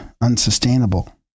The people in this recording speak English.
unsustainable